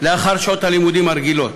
לאחר שעות הלימודים הרגילות.